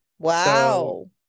Wow